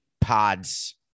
pods